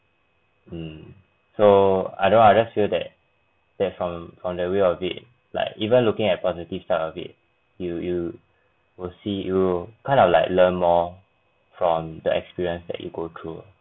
um so I don't know I just feel that that from from the view of it like even looking at positive side of it you you will see you kind of like learn more from the experience that you go through